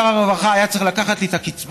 שר הרווחה היה צריך לקחת לי את הקצבה,